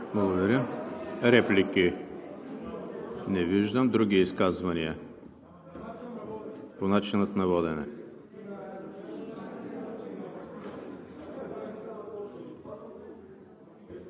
Благодаря. Реплики? Не виждам. Други изказвания? По начина на водене.